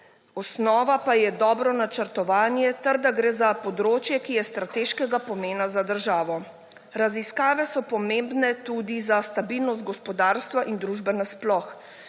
osnova pa je dobro načrtovanje ter da gre za področje, ki je strateškega pomena za državo. Raziskave so pomembne tudi za stabilnost gospodarstva in družbe nasploh.